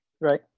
right